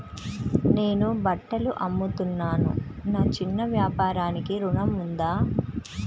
నేను బట్టలు అమ్ముతున్నాను, నా చిన్న వ్యాపారానికి ఋణం ఉందా?